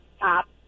top